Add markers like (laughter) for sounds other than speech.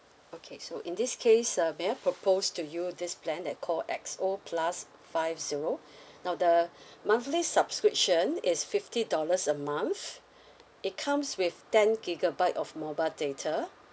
okay so in this case uh may I propose to you this plan that called X O plus five zero (breath) now the monthly subscription is fifty dollars a month it comes with ten gigabyte of mobile data